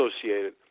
associated